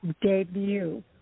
debut